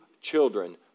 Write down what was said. children